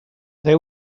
they